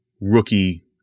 rookie